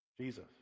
Jesus